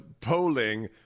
polling